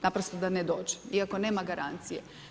Naprosto da ne dođe iako nema garancije.